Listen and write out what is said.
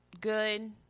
good